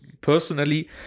personally